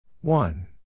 One